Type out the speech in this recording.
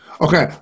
Okay